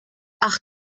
ach